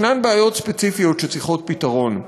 יש בעיות ספציפיות שצריכות פתרון.